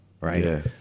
Right